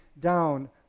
down